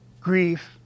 grief